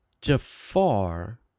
Jafar